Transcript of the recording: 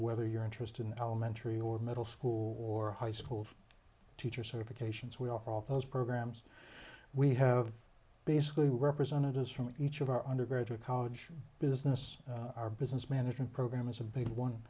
whether you're interested in elementary or middle school or high school teacher certifications we are all those programs we have basically representatives from each of our undergraduate college business our business management program is a big one